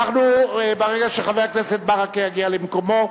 ברגע שחבר הכנסת ברכה יגיע למקומו,